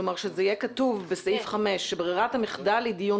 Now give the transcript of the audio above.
כלומר שזה יהיה כתוב בסעיף 5 שברירת המחדל היא דיון